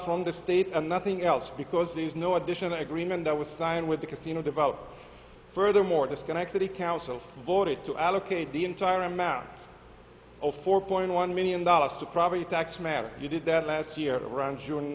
from the state and nothing else because there's no additional agreement that was signed with the casino develop furthermore the schenectady council voted to allocate the entire amount four point one million dollars to property tax matter he did that last year around june